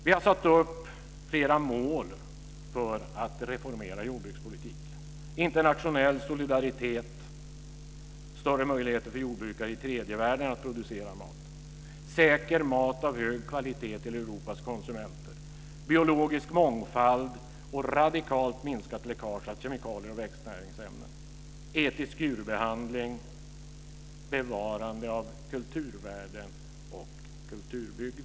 Vi har satt upp flera mål för att reformera jordbrukspolitiken, t.ex. internationell solidaritet, större möjligheter för jordbrukare i tredje världen att producera mat, säker mat av hög kvalitet till Europas konsumenter, biologisk mångfald, radikalt minskat läckage av kemikalier och växtnäringsämnen, etisk djurbehandling, bevarande av kulturvärden och kulturbygder.